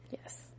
Yes